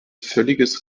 völliges